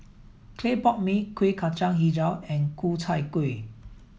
Clay Pot Mee Kueh Kacang Hijau and Ku Chai Kueh